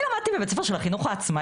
אני למדתי בבית ספר של החינוך העצמאי,